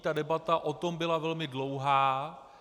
Ta debata o tom byla velmi dlouhá.